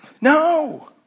No